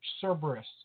Cerberus